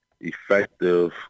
effective